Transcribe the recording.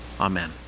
Amen